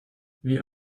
wie